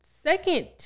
second